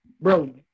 bro